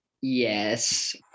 Yes